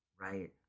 Right